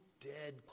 dead